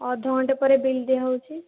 ଅଧ ଘଣ୍ଟେ ପରେ ବିଲ୍ ଦିଆ ହେଉଛି